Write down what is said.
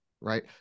right